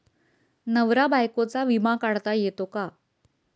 नवरा बायकोचा विमा काढता येतो का?